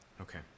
Okay